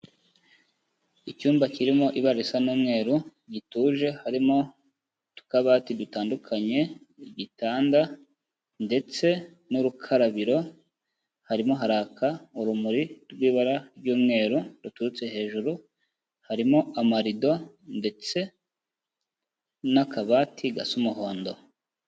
Icyumba kirimo ibara risa n'umweru gituje, harimo utukabati dutandukanye, igitanda ndetse n'urukarabiro, harimo haraka urumuri rw'ibara ry'umweru ruturutse hejuru, harimo amarido ndetse n'akabati gasa umuhondo.